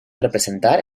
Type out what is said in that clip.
representar